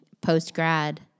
post-grad